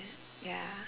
ya